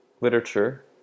literature